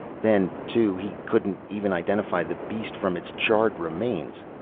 then, too, he couldn't even identify the beast from its charred remains.